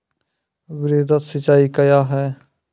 वृहद सिंचाई कया हैं?